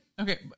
Okay